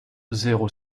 zéro